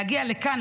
להגיע לכאן,